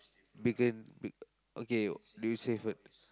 bigger big~ okay you say first